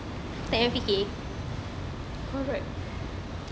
but